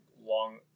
long